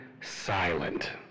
silent